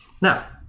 Now